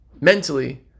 mentally